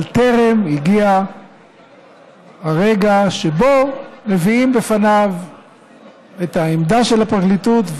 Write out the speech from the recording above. אבל טרם הגיע הרגע שבו מביאים בפניו את העמדה של הפרקליטות.